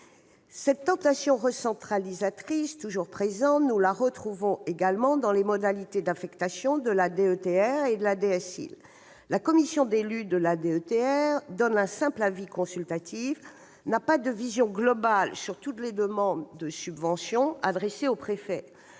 Cette tentation recentralisatrice toujours présente, nous la retrouvons également dans les modalités d'affectation de la DETR et de la DSIL. S'agissant de la DETR, la commission d'élus donne un simple avis consultatif et n'a pas de vision globale sur toutes les demandes de subventions adressées au préfet.